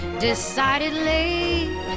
Decidedly